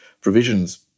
provisions